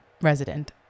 resident